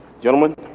Gentlemen